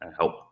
help